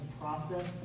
process